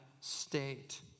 state